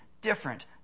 different